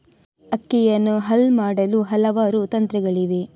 ಅಕ್ಕಿಯನ್ನು ಹಲ್ ಮಾಡಲು ಹಲವಾರು ತಂತ್ರಗಳಿವೆ